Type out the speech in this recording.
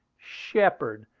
shepard,